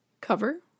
cover